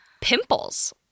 pimples